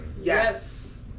Yes